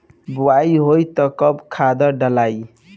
बोआई होई तब कब खादार डालाई?